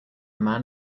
man